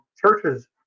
churches